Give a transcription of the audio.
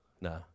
no